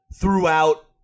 throughout